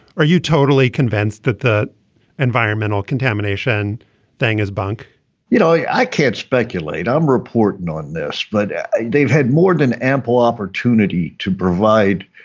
are you totally convinced that the environmental contamination thing is bunk you know i can't speculate. i'm reporting on this. but they've had more than ample opportunity to provide